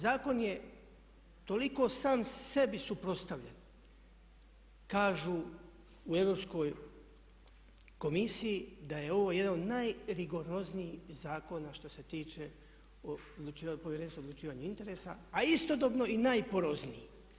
Zakon je toliko sam sebi suprotstavljen, kažu u Europskoj komisiji da je ovo jedan od najrigoroznijih zakona što se tiče Povjerenstva o odlučivanju sukoba interesa, a istodobno i najporozniji.